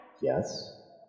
Yes